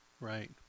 Right